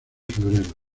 febrero